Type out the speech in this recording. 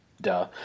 Duh